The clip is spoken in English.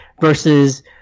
versus